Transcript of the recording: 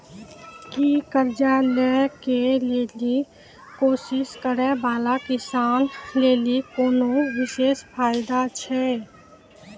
कि कर्जा लै के लेली कोशिश करै बाला किसानो लेली कोनो विशेष फायदा छै?